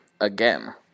again